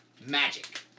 Magic